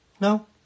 No